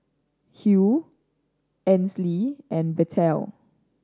Hugh Ainsley and Bettye